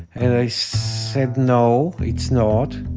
and i said no, it's not.